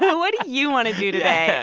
but what do you want to do today? yeah,